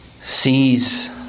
sees